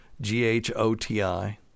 G-H-O-T-I